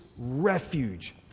refuge